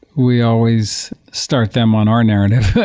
we always start them on our narrative,